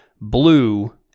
blue